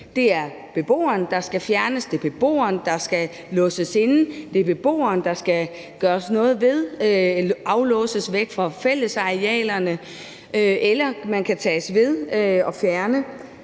Det er beboeren, der skal fjernes, det er beboeren, der skal låses inde, det er beboeren, der skal gøres noget ved, og som skal låses ude fra fællesarealerne, eller man kan tage ved og fjerne